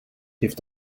heeft